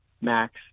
max